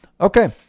okay